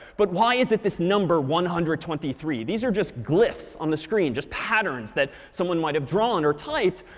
but why is it this number, one hundred and twenty three? these are just glyphs on the screen just patterns that someone might have drawn or typed.